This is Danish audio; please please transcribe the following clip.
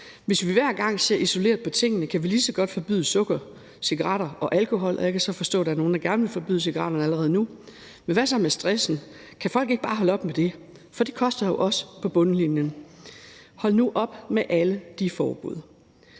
Hvis vi hver gang ser isoleret på tingene, kan vi lige så godt forbyde sukker, cigaretter og alkohol, og jeg kan så forstå, at der er nogle, der gerne vil forbyde cigaretterne allerede nu. Men hvad så med stressen? Kan folk ikke bare holde op med det, for det koster jo også på bundlinjen? Hold nu op med alle de forbud.